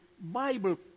Bible